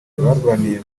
barwaniye